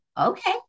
okay